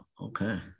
Okay